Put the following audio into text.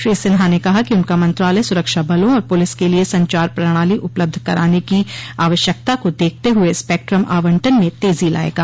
श्री सिन्हा ने कहा कि उनका मंत्रालय सुरक्षा बलों और पुलिस के लिए संचार प्रणाली उपलब्ध कराने की आवश्यकता को देखते हुए स्पेक्ट्रम आवंटन में तेजी लाएगा